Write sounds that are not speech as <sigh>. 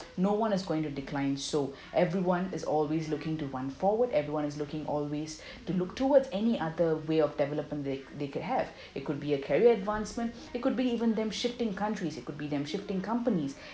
no one is going to decline so everyone is always looking to one forward everyone is looking always <breath> to look towards any other way of development they they could have it could be a career advancement it could be even them shifting countries it could be them shifting companies <breath>